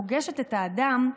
פוגשת את האדם,